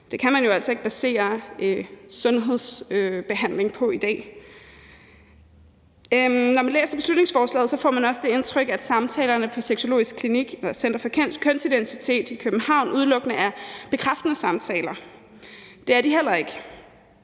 Det kan man jo altså ikke basere sundhedsbehandling på i dag. Når man læser beslutningsforslaget, får man også det indtryk, at samtalerne på Center for Kønsidentitet i København udelukkende er bekræftende samtaler. Det er de heller ikke.